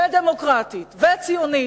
ודמוקרטית וציונית,